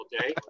Day